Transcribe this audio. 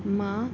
मां